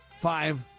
five